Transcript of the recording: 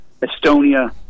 Estonia